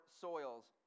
soils